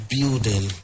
Building